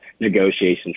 negotiations